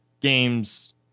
games